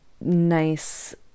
nice